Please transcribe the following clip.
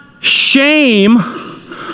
shame